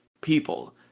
people